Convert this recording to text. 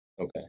Okay